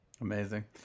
Amazing